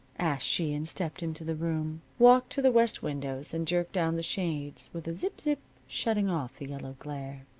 asked she, and stepped into the room, walked to the west windows, and jerked down the shades with a zip-zip, shutting off the yellow glare.